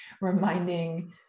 reminding